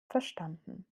verstanden